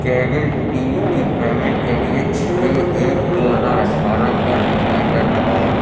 cable T V کی payment کے لیے چھ ایک دو ہزار اٹھارہ کا ریمائنڈر لگاؤ